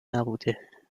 نبوده